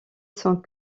sans